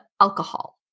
alcohol